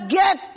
get